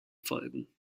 folgen